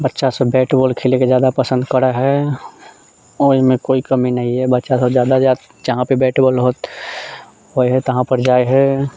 बच्चा सब bat ball खेलेके जादा पसन्द करै हय ओइमे कोइ कमी नहि हय बच्चा सब जादा जहाँपर बैट बॉल होत तहाँपर जाइ हय